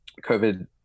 covid